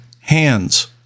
hands